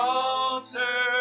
altar